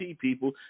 people